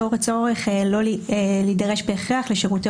לאור הצורך לא להידרש בהכרח לשירותי